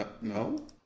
No